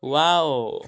wow